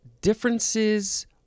differences